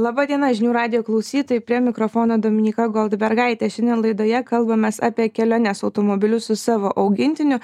laba diena žinių radijo klausytojai prie mikrofono dominyka goldbergaitė šiandien laidoje kalbamės apie keliones automobiliu su savo augintiniu